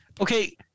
okay